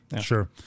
Sure